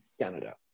Canada